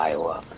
Iowa